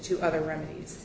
to other remedies